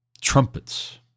trumpets